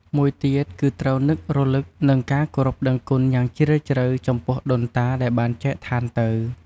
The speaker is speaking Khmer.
មួយទៀត គឺត្រូវនឹករលឹក និងការគោរពដឹងគុណយ៉ាងជ្រាលជ្រៅចំពោះដូនតាដែលបានចែកឋានទៅ។